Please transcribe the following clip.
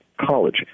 college